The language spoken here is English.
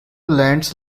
lands